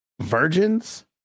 virgins